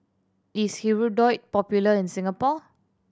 is Hirudoid popular in Singapore